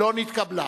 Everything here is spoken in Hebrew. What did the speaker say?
לא נתקבלה.